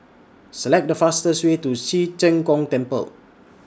Select The fastest Way to Ci Zheng Gong Temple